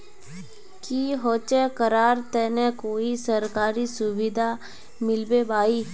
की होचे करार तने कोई सरकारी सुविधा मिलबे बाई?